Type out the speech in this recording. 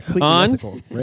On